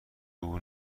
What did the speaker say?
عبور